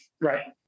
right